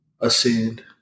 ascend